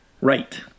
Right